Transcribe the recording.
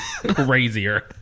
crazier